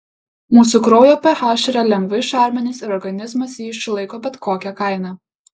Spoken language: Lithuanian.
mūsų kraujo ph yra lengvai šarminis ir organizmas jį išlaiko bet kokia kaina